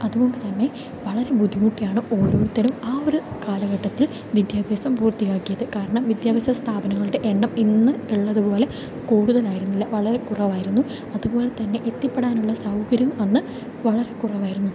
അതുകൊണ്ട് തന്നെ വളരെ ബുദ്ധിമുട്ടിയാണ് ഓരോരുത്തരും ആ ഒരു കാലഘട്ടത്തിൽ വിദ്യാഭ്യാസം പൂർത്തിയാക്കിയത് കാരണം വിദ്യാഭ്യാസ സ്ഥാപനങ്ങളുടെ എണ്ണം ഇന്ന് ഉള്ളതുപോലെ കൂടുതലായിരുന്നില്ല വളരെ കുറവായിരുന്നു അതുപോലെതന്നെ എത്തിപ്പെടാനുള്ള സൗകര്യവും അന്ന് വളരെ കുറവായിരുന്നു